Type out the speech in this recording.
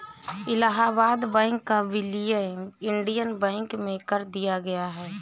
Allahabad bank का विलय Indian bank में कर दिया गया है